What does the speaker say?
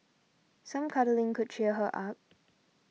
some cuddling could cheer her up